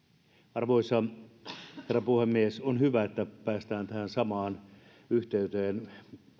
arvoisa herra puhemies on hyvä että päästään tähän samaan yhteyteen